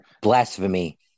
Blasphemy